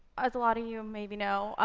as a lot of you um maybe know,